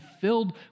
filled